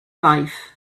life